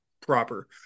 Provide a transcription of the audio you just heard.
proper